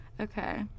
Okay